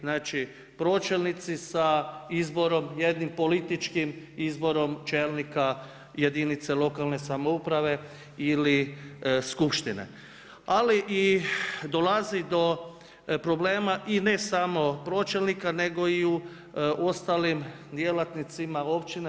Znači pročelnici sa izborom jednim političkim izborom čelnika jedinica lokalne samouprave ili skupštine ali i dolazi do problema i ne samo pročelnika nego i u ostalim djelatnicima općine.